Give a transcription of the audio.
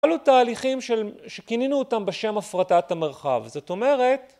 אלו תהליכים שכיננו אותם בשם "הפרטת המרחב", זאת אומרת...